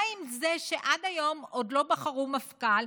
מה עם זה שעד היום עוד לא בחרו מפכ"ל,